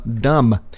Dumb